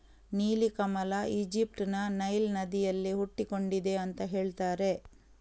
ನೀಲಿ ಕಮಲ ಈಜಿಪ್ಟ್ ನ ನೈಲ್ ನದಿಯಲ್ಲಿ ಹುಟ್ಟಿಕೊಂಡಿದೆ ಅಂತ ಹೇಳ್ತಾರೆ